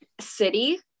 city